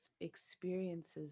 experiences